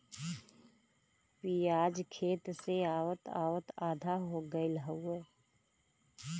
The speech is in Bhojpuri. पियाज खेत से आवत आवत आधा हो गयल हउवे